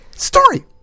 Story